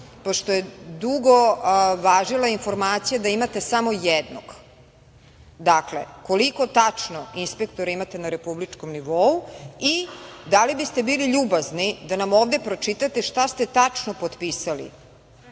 pošto je dugo važila informacija da imate samo jednog? Dakle, koliko tačno imate inspektora na republičkom nivou? Da li biste bili ljubazni da nam ovde pročitate šta ste tačno potpisali